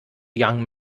young